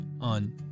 on